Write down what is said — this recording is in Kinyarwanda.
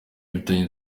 bifitanye